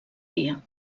dia